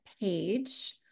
page